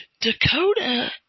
Dakota